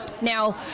Now